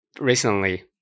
recently